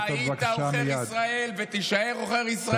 ואתה היית עוכר ישראל ותישאר עוכר ישראל,